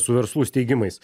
su verslus teigimais